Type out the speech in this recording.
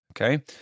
Okay